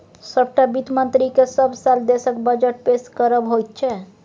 सभटा वित्त मन्त्रीकेँ सभ साल देशक बजट पेश करब होइत छै